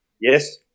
Yes